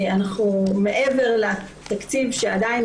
אנחנו מעבר לתקציב שעדיין,